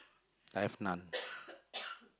I have none